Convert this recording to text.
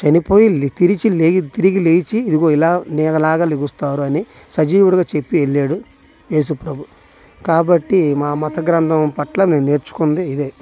చనిపోయి తిరిగి తిరిగి లేచి ఇదిగో ఇలా నేగాలాగా లేస్తారు అని సజీవుడిగా చెప్పి వెళ్ళాడు ఏసుప్రభు కాబట్టి మా మత గ్రంథం పట్ల మేము నేర్చుకుంది ఇదే